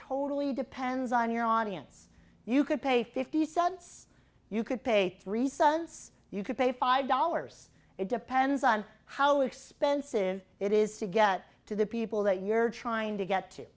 totally depends on your audience you could pay fifty cents you could pay three sons you could pay five dollars it depends on how expensive it is to get to the people that you're trying to get to